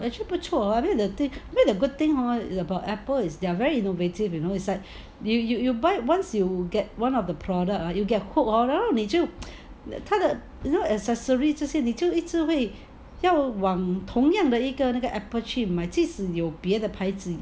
actually 不错 hor like the good thing about apple is they are very innovative you know is like you buy once you get one of the product ah you get hooked hor 然后你就他的 accessory 这些你就一直会要往同样的一个那个 apple 去买即使有别的牌子